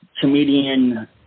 comedian